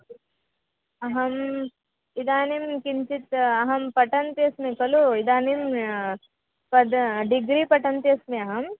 अहम् इदानीं किञ्चित् अहं पठन्ती अस्मि खलु इदानीं तद् डिग्री पठन्ती अस्मि अहम्